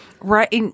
Right